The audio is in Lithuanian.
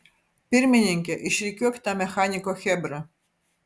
pirmininke išrikiuok tą mechaniko chebrą